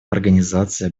организации